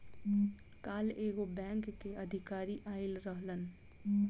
काल्ह एगो बैंक के अधिकारी आइल रहलन